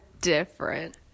different